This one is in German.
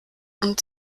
und